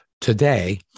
today